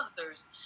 others